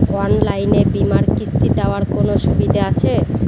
অনলাইনে বীমার কিস্তি দেওয়ার কোন সুবিধে আছে?